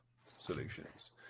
solutions